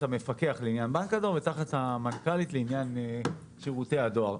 המפקח לעניין הבנק ותחת המנכ"לית לעניין שירותי הדואר.